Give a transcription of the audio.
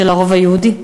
של הרוב היהודי?